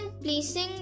placing